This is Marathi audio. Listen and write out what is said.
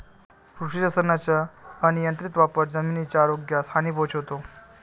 कृषी रसायनांचा अनियंत्रित वापर जमिनीच्या आरोग्यास हानी पोहोचवतो